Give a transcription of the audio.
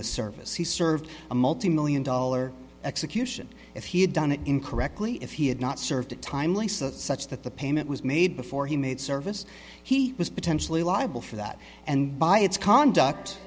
the service he served a multi million dollar execution if he had done it incorrectly if he had not served a timely so such that the payment was made before he made service he was potentially liable for that and by its conduct